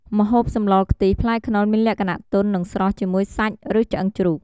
ម្ហូបសម្លខ្ទិះ ផ្លែខ្នុរមានលក្ខណៈទន់ និងស្រស់ ជាមួយសាច់ ឬឆ្អឹងជ្រូក។